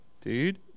dude